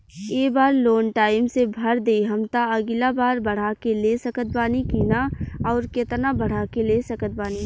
ए बेर loan time से भर देहम त अगिला बार बढ़ा के ले सकत बानी की न आउर केतना बढ़ा के ले सकत बानी?